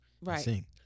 Right